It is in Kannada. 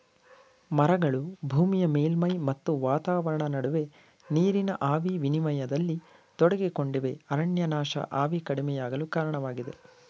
ಮರಗಳು ಭೂಮಿಯ ಮೇಲ್ಮೈ ಮತ್ತು ವಾತಾವರಣ ನಡುವೆ ನೀರಿನ ಆವಿ ವಿನಿಮಯದಲ್ಲಿ ತೊಡಗಿಕೊಂಡಿವೆ ಅರಣ್ಯನಾಶ ಆವಿ ಕಡಿಮೆಯಾಗಲು ಕಾರಣವಾಗಿದೆ